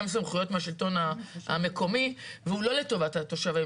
סמכויות מהשלטון המקומי והוא לא לטובת התושבים.